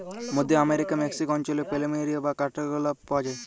মধ্য আমরিকার মেক্সিক অঞ্চলে প্ল্যামেরিয়া বা কাঠগলাপ পাওয়া যায়